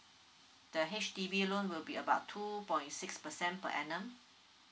the H_D_B loan will be about two point six percent per annum